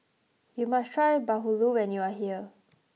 you must try Bahulu when you are here